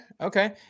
Okay